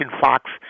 Fox